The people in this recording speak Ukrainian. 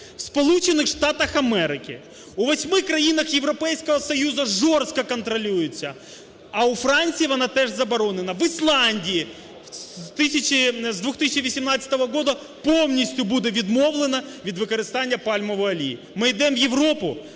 У 8 країнах Європейського Союзу жорстко контролюється. А у Франції вона теж заборонена. В Ісландії з 2018 года повністю буде відмовлено від використання пальмової олії. Ми йдемо в Європу?